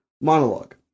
monologue